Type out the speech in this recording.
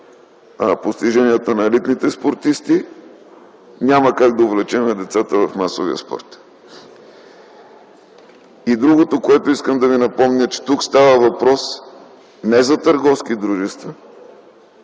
постиженията на елитните спортисти, няма как да увлечем децата по масовия спорт. Следващото, което искам да Ви напомня: тук става въпрос не за търговски дружества,